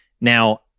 Now